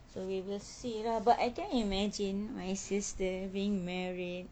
so we will see lah but I cannot imagine my sister being married